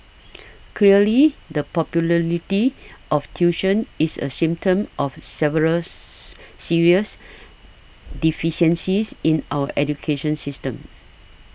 clearly the popularity of tuition is a symptom of several serious deficiencies in our education system